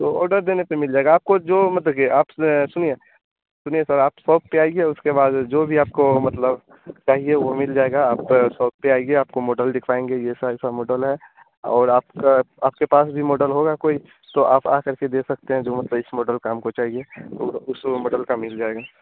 तो ऑर्डर देने पर मिल जाएगा आपको जो मतलब कि आप सुनिए सुनिए सर आप शॉप पर आइए उसके बाद जो भी आपको मतलब चाहिए वह मिल जाएगा आप शॉप पर आइए आपको मॉडल दिखवाएँगे यह ऐसा ऐसा मॉडल है और आपका आपके पास भी मॉडल होगा कोई तो आप आ करके देख सकते हैं जो मतलब इस मॉडल का हमको चाहिए और उस मॉडल का मिल जाएगा